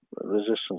resistance